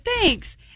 thanks